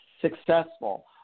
successful